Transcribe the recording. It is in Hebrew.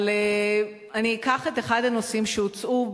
אבל אני אקח את אחד הנושאים שהוצעו,